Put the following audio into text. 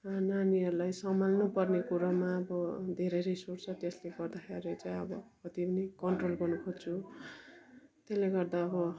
नानीहरूलाई सम्हाल्नु पर्ने कुरामा अब धेरै रिस उठ्छ त्यसले गर्दाखेरि चाहिँ अब कति पनि कन्ट्रोल गर्नु खोज्छु त्यसले गर्दा अब